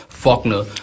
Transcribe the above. Faulkner